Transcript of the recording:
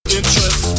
interest